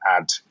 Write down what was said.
add